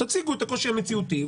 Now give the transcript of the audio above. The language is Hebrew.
תציגו את הקושי המציאותי,